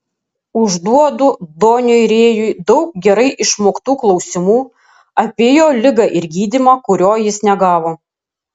užduodu doniui rėjui daug gerai išmoktų klausimų apie jo ligą ir gydymą kurio jis negavo